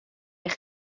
eich